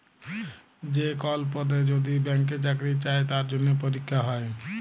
যে কল পদে যদি ব্যাংকে চাকরি চাই তার জনহে পরীক্ষা হ্যয়